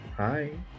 Hi